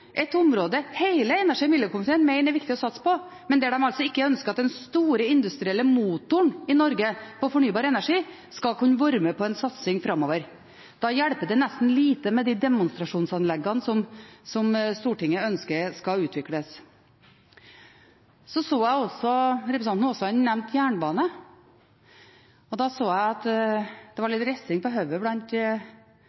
et område hele energi- og miljøkomiteen mener det er viktig å satse på. Men der ønsker man altså ikke at den store industrielle motoren i Norge på fornybar energi skal kunne være med på en satsing framover. Da hjelper det nesten lite med de demonstrasjonsanleggene som Stortinget ønsker skal utvikles. Representanten Aasland nevnte jernbane, og da så jeg at det var litt risting på hodet blant